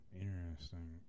Interesting